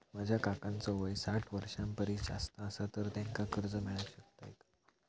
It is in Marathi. माझ्या काकांचो वय साठ वर्षां परिस जास्त आसा तर त्यांका कर्जा मेळाक शकतय काय?